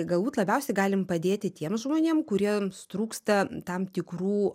galbūt labiausiai galim padėti tiems žmonėm kuriems trūksta tam tikrų